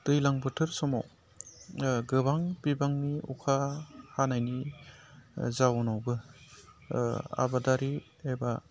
दैज्लां बोथोर समाव गोबां बिबांनि अखा हानायनि जाहोनावबो आबादारि एबा